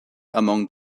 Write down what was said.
among